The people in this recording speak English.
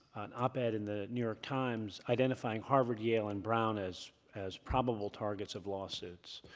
an op ed in the new york times identifying harvard, yale, and brown as as probable targets of lawsuits.